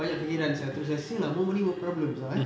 banyak fikiran sia terus macam [sial] ah more money more problems ah eh